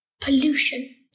pollution